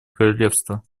королевство